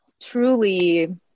truly